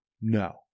No